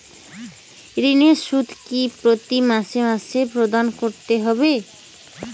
ঋণের সুদ কি প্রতি মাসে মাসে প্রদান করতে হবে?